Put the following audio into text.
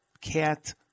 cat